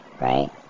right